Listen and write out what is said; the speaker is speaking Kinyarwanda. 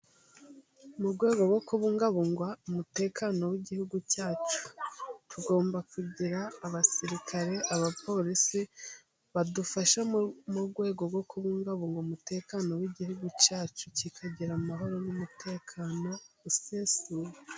Mu rwego rwo kubungabunga umutekano w'igihugu cyacu tugomba kugira abasirikare, abapolisi, badufasha mu rwego rwo kubungabunga umutekano w'igihugu cyacu, kikagira amahoro n'umutekano usesuye.